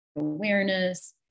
awareness